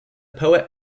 poet